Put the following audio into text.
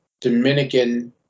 Dominican